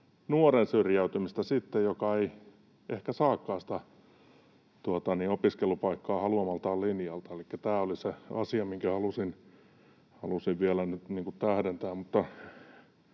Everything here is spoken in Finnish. nuoren syrjäytymistä, kun hän ei ehkä saakaan sitä opiskelupaikkaa haluamaltaan linjalta. Elikkä tämä oli se asia, minkä halusin vielä tähdentää.